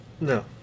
No